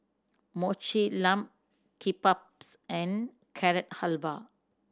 Mochi Lamb Kebabs and Carrot Halwa